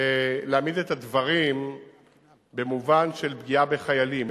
להעמיד את הדברים במובן של פגיעה בחיילים.